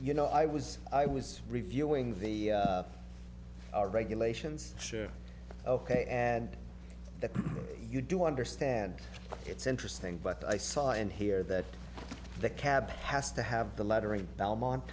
you know i was i was reviewing the regulations sure ok add that you do understand it's interesting but i saw in here that the cab has to have the lettering belmont